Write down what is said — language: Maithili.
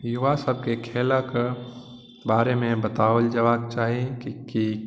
युवा सबके खेलक बारेमे बताओल जयबाके चाही की की